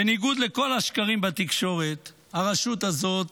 בניגוד לכל השקרים בתקשורת, הרשות הזאת